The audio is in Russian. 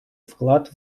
вклад